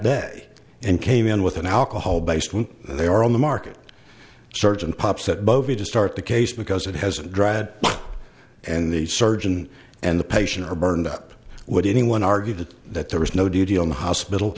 day and came in with an alcohol based when they are on the market starts and pops at bovey to start the case because it has dried up and the surgeon and the patient are burned up would anyone argue that that there was no duty on the hospital